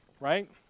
right